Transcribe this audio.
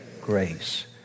Grace